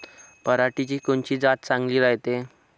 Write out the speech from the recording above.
पऱ्हाटीची कोनची जात चांगली रायते?